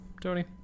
tony